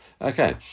Okay